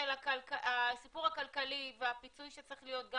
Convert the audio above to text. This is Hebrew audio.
הסיפור הכלכלי והפיצוי שצריך להיות גם